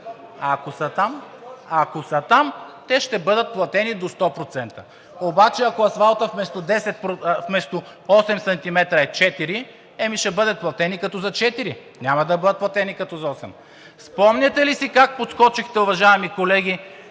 – ако са там, те ще бъдат платени до 100%. Обаче ако асфалтът вместо 8 см е 4, ще бъдат платени като за 4, няма да бъдат платени като за 8. Спомняте ли си как подскочихте, уважаеми колеги,